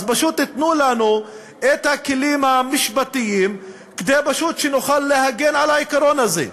אז פשוט תיתנו לנו את הכלים המשפטיים כדי שנוכל להגן על העיקרון הזה.